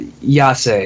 Yase